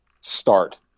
start